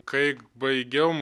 kai baigiau